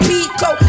Pico